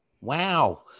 Wow